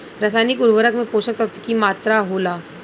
रसायनिक उर्वरक में पोषक तत्व की मात्रा होला?